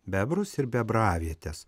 bebrus ir bebravietes